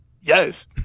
Yes